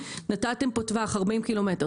נתתם פה טווח 40 ק"מ.